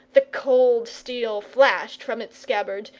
the cold steel flashed from its scabbard,